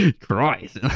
Christ